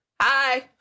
Hi